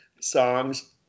songs